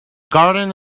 garden